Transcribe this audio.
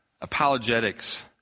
apologetics